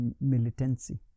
militancy